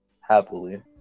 Happily